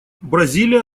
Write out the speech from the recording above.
бразилия